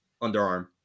underarm